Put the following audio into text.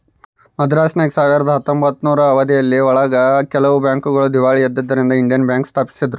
ಮದ್ರಾಸಿನಾಗ ಸಾವಿರದ ಹತ್ತೊಂಬತ್ತನೂರು ಅವಧಿ ಒಳಗ ಕೆಲವು ಬ್ಯಾಂಕ್ ಗಳು ದೀವಾಳಿ ಎದ್ದುದರಿಂದ ಇಂಡಿಯನ್ ಬ್ಯಾಂಕ್ ಸ್ಪಾಪಿಸಿದ್ರು